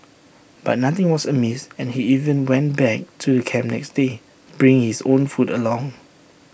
but nothing was amiss and he even went back to camp the next day bringing his own food along